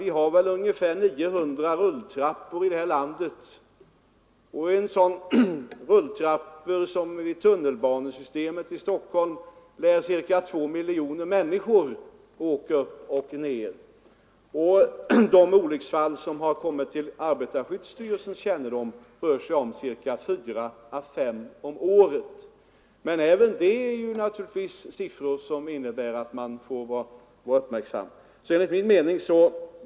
Vi har ungefär 900 rulltrappor i det här landet. Bara i rulltrapporna i tunnelbanesystemet i Stockholm lär ca 2 miljoner människor åka upp och ned varje dag. Antalet olyckor som kommit till arbetarskyddstyrelsens kännedom är ca 4 å 5 om året. Men även det är naturligtvis siffror som motiverar att man är uppmärksam.